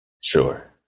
Sure